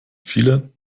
viele